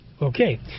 Okay